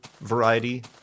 variety